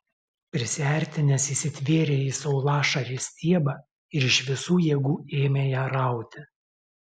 prisiartinęs įsitvėrė į saulašarės stiebą ir iš visų jėgų ėmė ją rauti